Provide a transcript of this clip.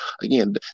again